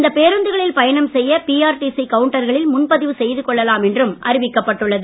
இந்த பேருந்துகளில் பயணம் செய்ய பிஆர்டிசி கவுன்டர்களில் முன்பதிவு செய்து கொள்ளலாம் என்றும் அறிவிக்கப் பட்டுள்ளது